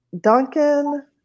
Duncan